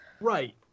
Right